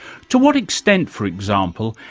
to what extent, for example,